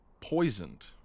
poisoned